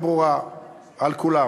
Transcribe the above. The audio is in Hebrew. על כולם,